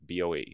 BOE